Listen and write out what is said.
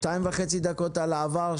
שתי דקות וחצי על העבר,